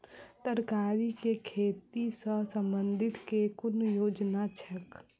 तरकारी केँ खेती सऽ संबंधित केँ कुन योजना छैक?